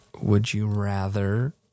would-you-rather